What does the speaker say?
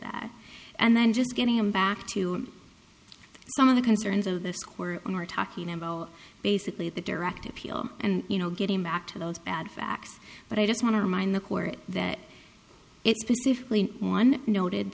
that and then just getting them back to some of the concerns of the square are talking about basically the direct appeal and you know getting back to those bad facts but i just want to remind the court that it specifically one noted